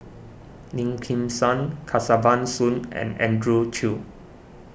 Lim Kim San Kesavan Soon and Andrew Chew